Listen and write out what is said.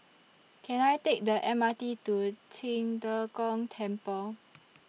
Can I Take The M R T to Qing De Gong Temple